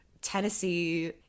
Tennessee